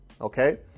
okay